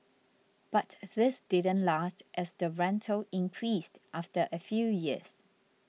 but this didn't last as the rental increased after a few years